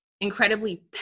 incredibly